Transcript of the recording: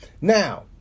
Now